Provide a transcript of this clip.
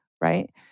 right